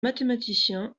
mathématiciens